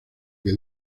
que